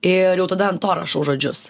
ir jau tada an to rašau žodžius